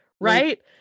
right